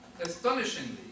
Astonishingly